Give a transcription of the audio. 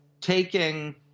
taking